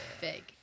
big